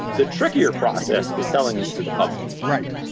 the trickier process was selling us to the public right.